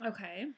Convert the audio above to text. Okay